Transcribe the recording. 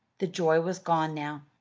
the joy was gone now.